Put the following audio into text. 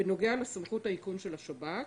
בנוגע לסמכות האיכון של השב"כ.